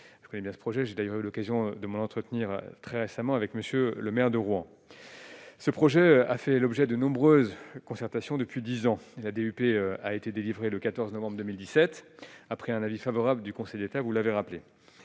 je connais bien ce projet, j'ai d'ailleurs eu l'occasion de m'en entretenir très récemment avec monsieur le maire de Rouen, ce projet a fait l'objet de nombreuses concertations depuis 10 ans la DUP a été délivré le 14 novembre 2017 après un avis favorable du Conseil d'État, vous l'avez rappelé